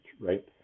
right